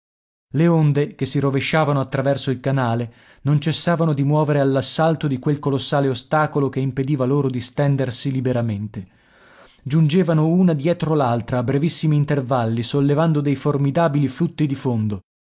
le onde che si rovesciavano attraverso il canale non cessavano di muovere all'assalto di quel colossale ostacolo che impediva loro di stendersi liberamente giungevano una dietro l'altra a brevissimi intervalli sollevando dei formidabili flutti di fondo